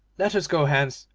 let us go hence,